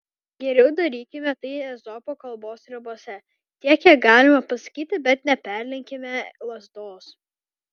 geriau darykime tai ezopo kalbos ribose tiek kiek galima pasakyti bet neperlenkime lazdos